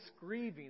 grieving